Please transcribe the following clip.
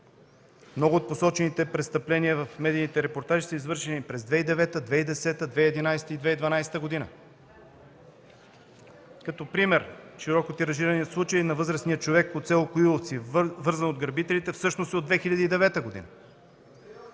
Много от посочените престъпления в медийните репортажи са извършени през 2010-а, 2011-а и 2012 г. Като пример: широко тиражираният случай на възрастния човек от с. Коиловци, вързан от грабителите, всъщност е от 2009 г.